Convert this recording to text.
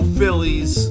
Phillies